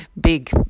big